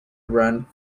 run